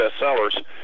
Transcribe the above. bestsellers